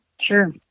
Sure